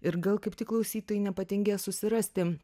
ir gal kaip tik klausytojai nepatingės susirasti